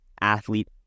athlete